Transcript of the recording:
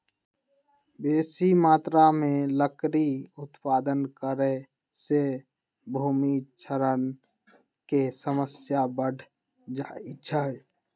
बेशी मत्रा में लकड़ी उत्पादन करे से भूमि क्षरण के समस्या बढ़ जाइ छइ